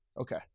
Okay